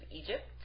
egypt